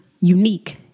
unique